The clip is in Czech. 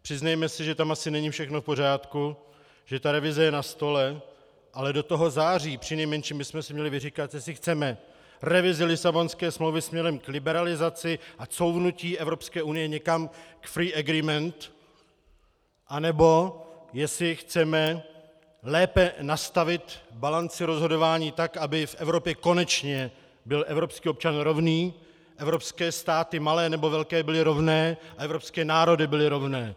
Přiznejme si, že tam asi není všechno v pořádku, že ta revize je na stole, ale do toho září přinejmenším bychom si měli vyříkat, jestli chceme revizi Lisabonské smlouvy směrem k liberalizaci a couvnutí Evropské unie někam k free agreement, anebo jestli chceme lépe nastavit balanci rozhodování tak, aby v Evropě konečně byl evropský občan rovný, evropské státy malé nebo velké byly rovné a evropské národy byly rovné.